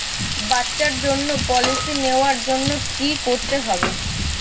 বাচ্চার জন্য পলিসি নেওয়ার জন্য কি করতে হবে?